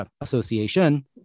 Association